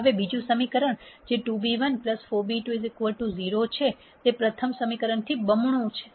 હવે બીજું સમીકરણ જે 2b1 4b2 0 છે તે પ્રથમ સમીકરણથી બમણું છે